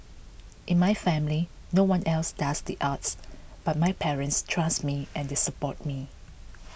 in my family no one else does the arts but my parents trust me and they support me